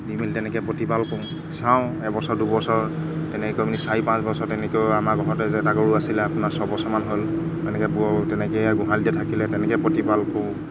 দি মেলি তেনেকৈ প্ৰতিপাল কৰো চাওঁ এবছৰ দুবছৰ তেনেকৈ মানে চাৰি পাঁচ বছৰ তেনেকৈ আমাৰ ঘৰতে যে এটা গৰু আছিলে আপোনাৰ ছয় বছৰমান হ'ল তেনেকৈ তেনেকৈ গোহালিত থাকিলে তেনেকৈ প্ৰতিফাল কৰোঁ